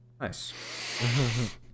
Nice